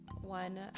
One